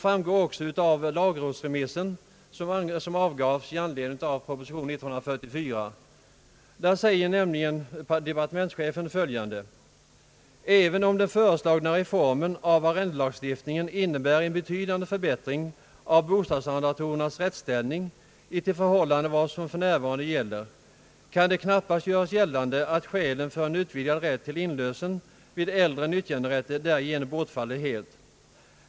I lagrådsremissen, som avgavs i anledning av proposition 144, säger också departementschefen följande: »Även om den föreslagna reformen av arrendelagstiftningen innebär en betydande förbättring av bostadsarrendatorernas rättsställning i förhållande till vad som f.n. gäller, kan det knappast göras gällande alt skälen för en utvidgad rätt till inlösen vid äldre nyttjanderätter därigenom bortfaller helt.